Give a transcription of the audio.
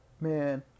man